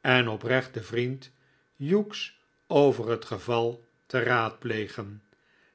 en oprechten vriend hughes over het geval te raadplegen